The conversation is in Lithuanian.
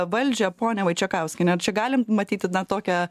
valdžią ponia vaičekauskiene ar čia galim matyti na tokią